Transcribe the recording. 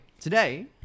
today